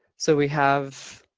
so we have,